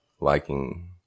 liking